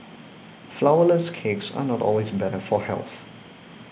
Flourless Cakes are not always better for health